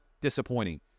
disappointing